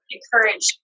Encourage